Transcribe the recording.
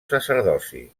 sacerdoci